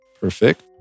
Perfect